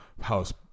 house